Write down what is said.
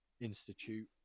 Institute